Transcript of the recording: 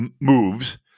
moves